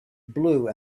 blue